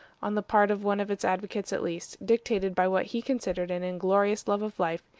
on the part of one of its advocates at least, dictated by what he considered an inglorious love of life,